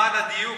למען הדיוק,